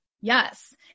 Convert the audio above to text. Yes